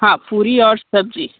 हाँ पूरी और सब्जी